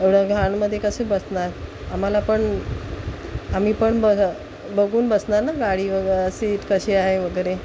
एवढं घाणमध्ये कसे बसणार आम्हाला पण आम्ही पण बघ बघून बसणार ना गाडी वगैरे सीट कशी आहे वगैरे